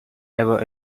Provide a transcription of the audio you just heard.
ever